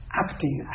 acting